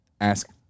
ask